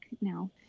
now